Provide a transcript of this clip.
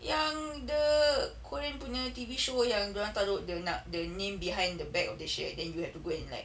yang the korean punya T_V show yang dia orang taruk the nak~ the name behind the back of the chair and then you have to go and like